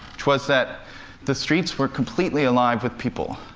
which was that the streets were completely alive with people.